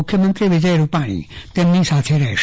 મુખ્યમંત્રી વિજય રૂપાણી તેમની સાથે રહેશે